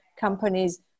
companies